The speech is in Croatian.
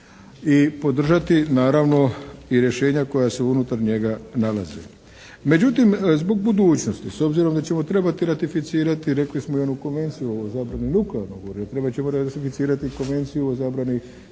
i podržati naravno i rješenja koja se unutar njega nalaze. Međutim zbog budućnosti s obzirom da ćemo trebati ratificirati rekli smo i onu Konvenciju o zabrani nuklearnog oružja. Trebat ćemo ratificirati i Konvenciju o zabrani kemijskog,